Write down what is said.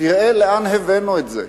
תראה לאן הבאנו את זה,